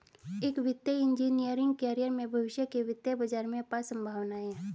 एक वित्तीय engineering career में भविष्य के वित्तीय बाजार में अपार संभावनाएं हैं